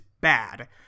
bad